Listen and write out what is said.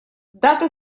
даты